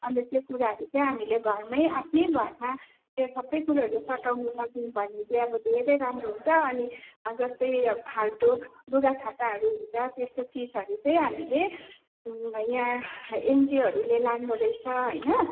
अन्त त्यो कुराहरू चाहिँ हामीले घरमै आफ्नै घरमा त्यो सबै कुरोहरू सटाउनु सक्यौँ भने चाहिँ धेरै राम्रो हुन्छ अनि जस्तै फाल्टो लुगाफाटाहरू हुन्छ त्यस्तो चिजहरू चाहिँ हामीले यहाँ एनजिओहरूले लाँदोरहेछ होइन